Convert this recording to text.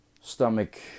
stomach